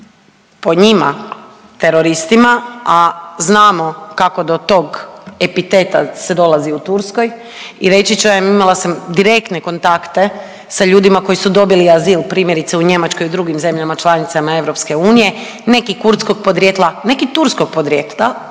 po njima teroristima, a znamo kako do tog epiteta se dolazi u Turskoj i reći ću vam imala sam direktne kontakte sa ljudima koji su dobili azil primjerice u Njemačkoj i u drugim zemljama članicama Europske unije neki kurdskog podrijetla, neki turskog podrijetla